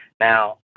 Now